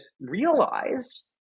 realize